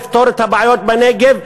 לפתור את הבעיות בנגב,